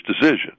decision